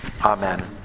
Amen